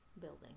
building